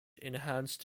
enhanced